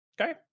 Okay